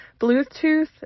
Bluetooth